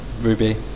Ruby